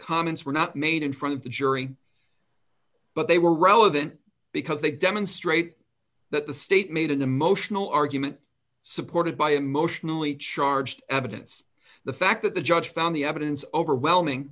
comments were not made in front of the jury but they were relevant because they demonstrate that the state made an emotional argument supported by emotionally charged evidence the fact that the judge found the evidence overwhelming